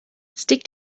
stick